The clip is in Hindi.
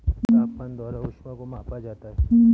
तापमान द्वारा ऊष्मा को मापा जाता है